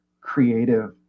creative